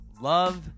love